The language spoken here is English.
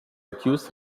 accused